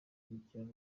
yitiriye